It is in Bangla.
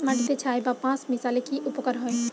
মাটিতে ছাই বা পাঁশ মিশালে কি উপকার হয়?